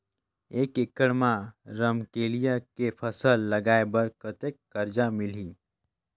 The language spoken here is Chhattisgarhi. एक एकड़ मा रमकेलिया के फसल लगाय बार कतेक कर्जा मिलही?